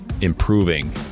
improving